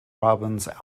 robbins